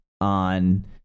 on